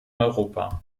europa